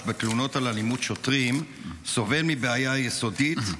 בתלונות על אלימות שוטרים סובל מבעיה יסודית,